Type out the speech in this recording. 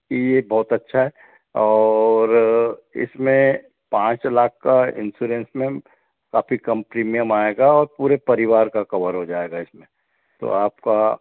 कि ये बहुत अच्छा है और इसमें पाँच लाख का इन्श्योरेन्स में काफ़ी कम प्रीमियम आएगा और पूरे परिवार का कवर हो जाएगा इसमें तो आपका